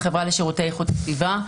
אני מהחברה לשירותי איכות הסביבה.